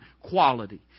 quality